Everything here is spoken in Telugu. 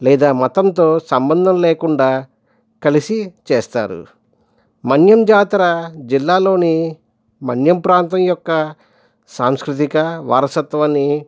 లేదా మతంతో సంబంధం లేకుండా కలిసి చేస్తారు మన్యం జాతర జిల్లాలోని మన్యం ప్రాంతం యొక్క సాంస్కృతిక వారసత్వాన్ని